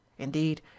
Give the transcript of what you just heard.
indeed